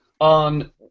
on